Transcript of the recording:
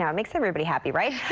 yeah makes everybody happy, right?